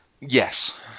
Yes